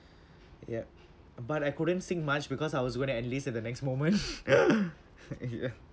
ya but I couldn't sing much because I was gonna enlist at the next moment yeah